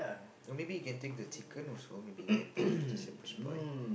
or maybe you can take the chicken also maybe you can put to the the Shepherd's pie